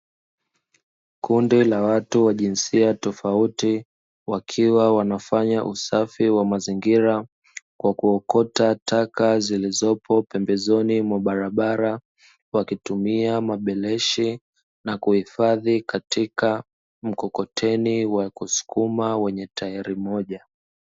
Kundi la watu wa jinsia tofauti, wakiwa wanafanya usafi wa mazingira kwa kuokota taka zilizopo pembezoni mwa barabara. Wakitumia mabeleshi na kuhifadhi katika mkokoteni wa kusukuma wenye tairi moja.